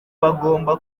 bagomba